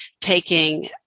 taking